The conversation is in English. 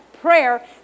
prayer